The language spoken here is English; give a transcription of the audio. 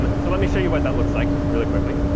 but so let me show you what that looks like really quickly.